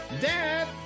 Dad